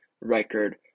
record